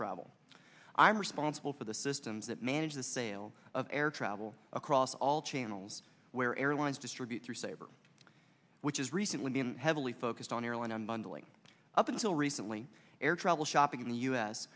travel i'm responsible for the systems that manage the sale of air travel across all channels where airlines distribute through saber which is recently been heavily focused on airline and bundling up until recently air travel shopping in the u